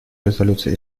резолюций